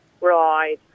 right